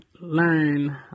learn